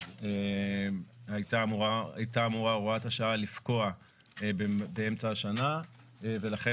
הייתה אמורה הוראת השעה לפקוע באמצע השנה ולכן